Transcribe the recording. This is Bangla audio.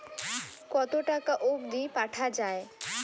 কতো টাকা অবধি পাঠা য়ায়?